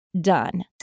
done